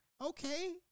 Okay